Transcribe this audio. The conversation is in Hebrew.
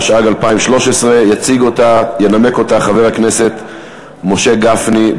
התשע"ג 2013. יציג את ההצעה וינמק חבר הכנסת משה גפני.